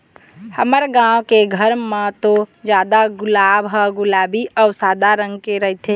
हमर गाँव के घर मन म तो जादा गुलाब ह गुलाबी अउ सादा रंग के रहिथे